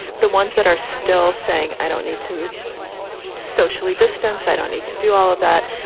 the ones that are still saying, i don't need to socially distance, i don't need to do all of that.